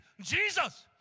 Jesus